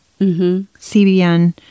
CBN